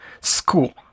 school